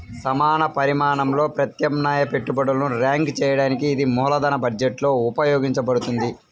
సమాన పరిమాణంలో ప్రత్యామ్నాయ పెట్టుబడులను ర్యాంక్ చేయడానికి ఇది మూలధన బడ్జెట్లో ఉపయోగించబడుతుంది